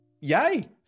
Yay